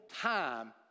time